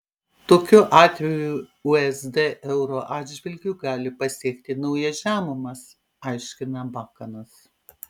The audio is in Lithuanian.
tokiu atveju usd euro atžvilgiu gali pasiekti naujas žemumas aiškina bakanas